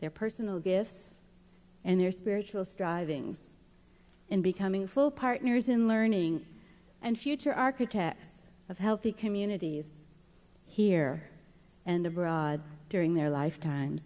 their personal gifts and their spiritual striving in becoming full partners in learning and future architects of healthy communities here and abroad during their lifetime